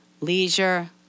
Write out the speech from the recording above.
leisure